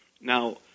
Now